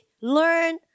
learn